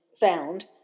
found